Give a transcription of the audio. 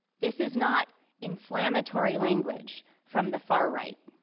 this is not inflammatory language from the far right.